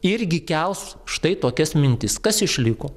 irgi kels štai tokias mintis kas išliko